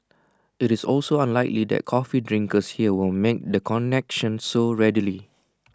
IT is also unlikely that coffee drinkers here will make the connection so readily